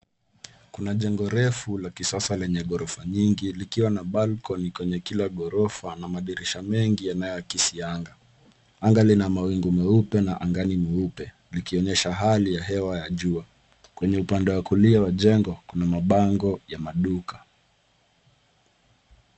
Kuna jengo refu la kisasa lenye ghorofa nyingi likwa na cs[balcony]cs kwa kila ghorofa na madirisha mengi yanayoakisi anga. Anga lina mawingu meupe na angali mweupe yakionyesha hali ya jua kwenye upande wa kulia wa jengo, kuna mabango ya maduka.